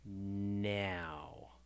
Now